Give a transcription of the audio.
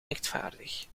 rechtvaardig